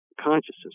consciousness